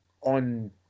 on